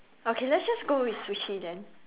okay let's just go with Sushi then